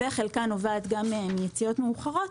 וחלקה נובע גם מיציאות מאוחרות.